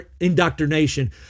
indoctrination